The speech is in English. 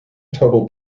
total